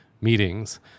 Meetings